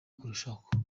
kurushaho